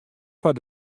foar